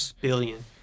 Billion